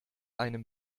einem